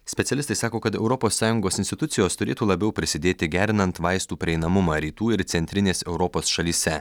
specialistai sako kad europos sąjungos institucijos turėtų labiau prisidėti gerinant vaistų prieinamumą rytų ir centrinės europos šalyse